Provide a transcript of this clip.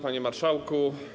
Panie Marszałku!